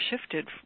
shifted